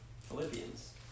Philippians